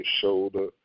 shoulder